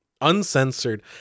uncensored